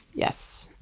yes,